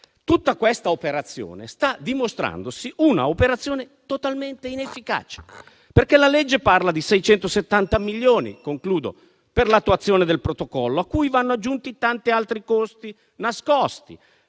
Tutta questa operazione, però, si sta dimostrando totalmente inefficace, perché la legge parla di 670 milioni per l'attuazione del protocollo, a cui vanno aggiunti tanti altri costi nascosti